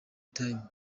time